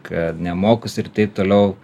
kad nemokūs ir taip toliau